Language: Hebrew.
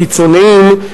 הקיצוניים,